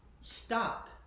stop